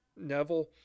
Neville